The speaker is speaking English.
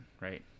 right